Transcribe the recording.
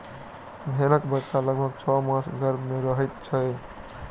भेंड़क बच्चा लगभग छौ मास गर्भ मे रहैत छै